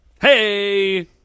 Hey